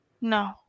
No